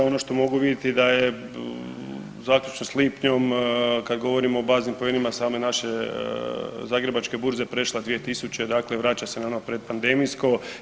Ono što mogu vidjeti da je zaključno s lipnjem kada govorimo o baznim poenima same naše Zagrebačke burze prešla 2000, dakle vraća se na ono pred pandemijsko.